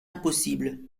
impossible